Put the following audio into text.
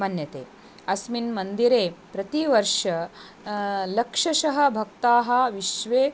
मन्यते अस्मिन् मन्दिरे प्रतिवर्षं लक्षशः भक्ताः विश्वे